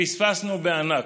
פספסנו בענק.